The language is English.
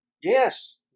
yes